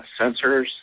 sensors